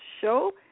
show